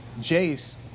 Jace